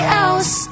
else